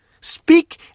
Speak